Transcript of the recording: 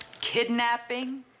kidnapping